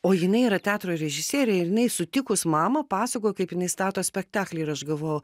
o jinai yra teatro režisierė ir jinai sutikus mamą pasakoja kaip jinai stato spektaklį ir aš galvojau